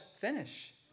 finish